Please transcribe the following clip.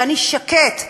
אני שקט.